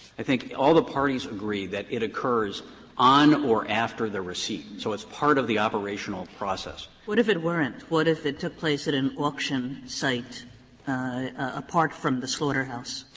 i think all the parties agree that it occurs on or after the receipt, so it's part of the operational process. kagan what if it weren't? what if it took place at an auction site apart from the slaughterhouse?